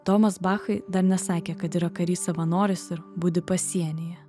domas bachai dar nesakė kad yra karys savanoris ir budi pasienyje